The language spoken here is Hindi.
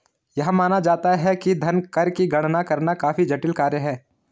यह माना जाता है कि धन कर की गणना करना काफी जटिल कार्य है